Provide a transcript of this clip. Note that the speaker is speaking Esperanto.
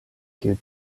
kiu